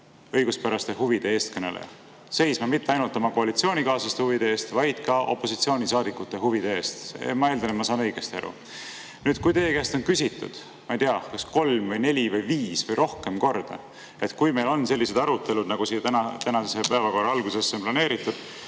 õiguspäraste huvide eestkõneleja, mitte seisma ainult oma koalitsioonikaaslaste huvide eest, vaid ka opositsioonisaadikute huvide eest. Ma eeldan, et ma saan õigesti aru. Teile on [öeldud], ma ei tea, kolm või neli või viis korda või rohkem kordi, et kui meil on sellised arutelud, nagu siin tänase päevakorra algusesse on planeeritud,